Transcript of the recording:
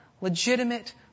legitimate